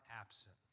absent